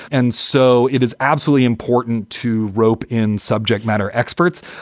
and so it is absolutely important to rope in subject matter experts.